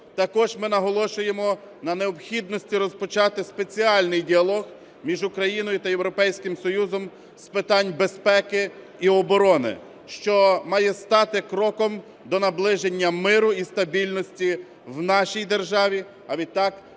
Також ми наголошуємо на необхідності розпочати спеціальний діалог між Україною та Європейським Союзом з питань безпеки і оборони, що має стати кроком до наближення миру і стабільності в нашій державі, а відтак і